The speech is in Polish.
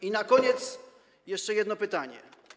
I na koniec jeszcze jedno pytanie.